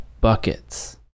buckets